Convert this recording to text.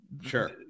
Sure